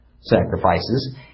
sacrifices